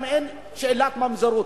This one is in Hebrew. גם אין שאלת ממזרות.